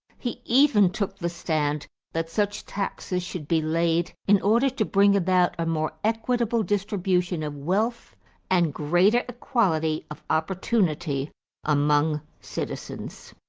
he even took the stand that such taxes should be laid in order to bring about a more equitable distribution of wealth and greater equality of opportunity among citizens.